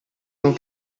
non